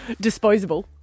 disposable